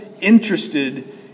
interested